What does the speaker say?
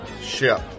ship